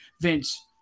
Vince